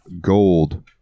gold